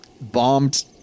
bombed